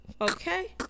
okay